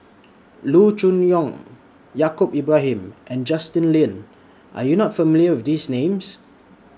Loo Choon Yong Yaacob Ibrahim and Justin Lean Are YOU not familiar with These Names